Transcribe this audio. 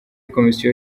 komisiyo